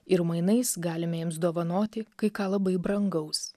ir mainais galime jiems dovanoti kai ką labai brangaus